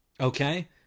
Okay